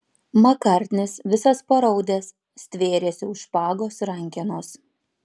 makartnis visas paraudęs stvėrėsi už špagos rankenos